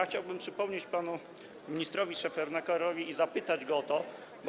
Chciałbym przypomnieć panu ministrowi Szefernakerowi, zapytać go o coś.